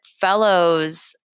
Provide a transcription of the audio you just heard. fellows